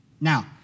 Now